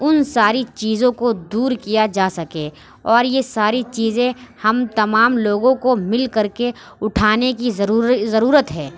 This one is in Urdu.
اُن ساری چیزوں کو دور کیا جا سکے اور یہ ساری چیزیں ہم تمام لوگوں کو مل کر کے اُٹھانے کی ضروری ضرورت ہے